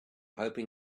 hoping